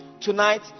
Tonight